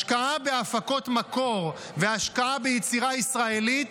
השקעה בהפקות מקור והשקעה ביצירה ישראלית